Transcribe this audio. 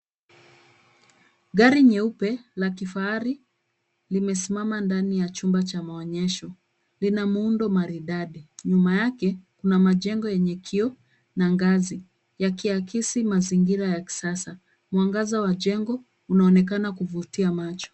Gari nyeupe la kifahari, limesimama ndani ya chumba cha maonyesho. Lina muundo maridadi. Nyuma yake kuna majengo yenye kioo na ngazi yakiakisi mazingira ya kisasa. Mwangaza wa jengo unaonekana kuvutia macho.